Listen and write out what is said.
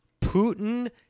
Putin